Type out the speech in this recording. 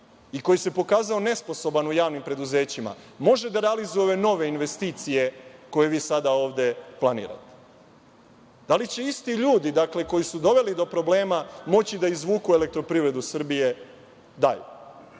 i koji se pokazao nesposoban u javnim preduzećima može da realizuje nove investicije koje vi sada ovde planirate? Da li će isti ljudi koji su doveli do problema moći da izvuku EPS dalje? Kada